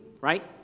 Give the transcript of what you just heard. right